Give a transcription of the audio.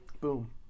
Boom